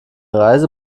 reise